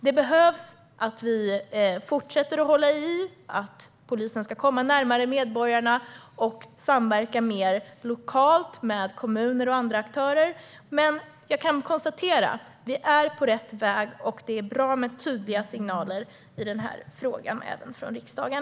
Detta arbete behöver fortsätta, och polisen behöver komma närmare medborgarna och samverka mer lokalt med kommuner och andra aktörer. Men jag kan konstatera att vi är på rätt väg och att det är bra med tydliga signaler i denna fråga även från riksdagen.